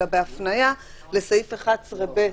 אלא בהפניה לסעיף 11(ב)